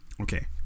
okay